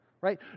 right